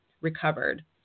recovered